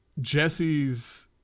Jesse's